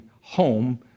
home